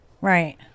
Right